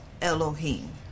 Elohim